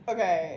Okay